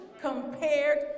compared